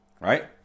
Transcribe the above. right